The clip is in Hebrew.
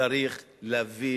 צריך להביא